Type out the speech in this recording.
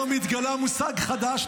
היום התגלה מושג חדש,